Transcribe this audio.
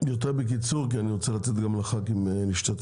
יותר בקיצור כי אני רוצה לתת גם לח"כים להשתתף.